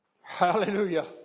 Hallelujah